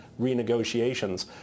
renegotiations